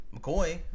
McCoy